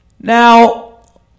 Now